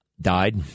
died